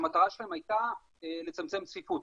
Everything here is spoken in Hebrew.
שהמטרה שלהם הייתה לצמצם צפיפות.